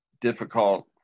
Difficult